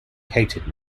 hated